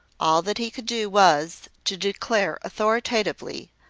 all that he could do was, to declare authoritatively,